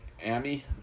Amy